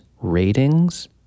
ratings